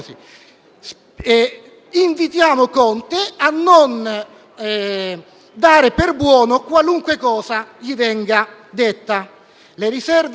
Invitiamo quindi Conte a non dare per buona qualunque cosa gli venga detta. Le riserve auree